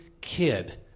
kid